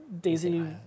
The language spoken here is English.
Daisy